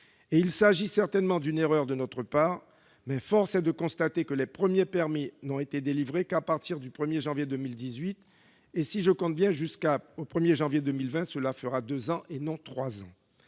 Il s'agit certainement d'une erreur de notre part, mais force est de constater que les premiers permis n'ont été délivrés qu'à partir du 1 janvier 2018. Et si je compte bien, jusqu'au 1 janvier 2020, cela fera deux ans, et non trois ans